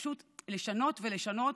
פשוט לשנות ולשנות,